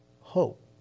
hope